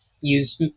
use